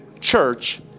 church